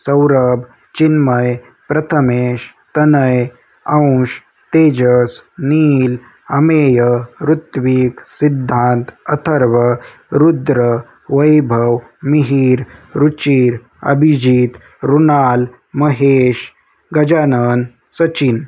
Saurabh Chinmay Prathamesh Tanay Ansh Tejas Neel Amey Rutvik Siddhant Atharva Rudra Vaibhav Mihir Ruchir Abhijit Runal Mahesh Gajanan Sachin